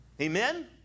Amen